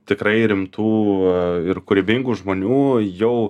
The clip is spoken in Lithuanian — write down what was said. tikrai rimtų ir kūrybingų žmonių jau